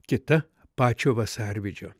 kita pačio vasarvidžio